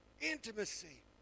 Intimacy